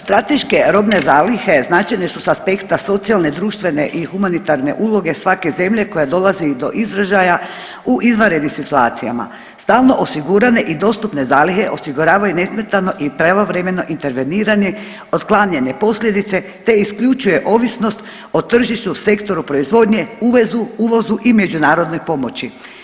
Strateške robne zalihe značajne su s aspekta socijalne, društvene i humanitarne uloge svake zemlje koja dolazi i do izražaja u izvanrednim situacijama, stalno osigurane i dostupne zalihe osiguravaju nesmetano i pravovremeno interveniranje, otklanjanje posljedice te isključuje ovisnost o tržištu, sektoru proizvodnje, uvozu i međunarodnoj pomoći.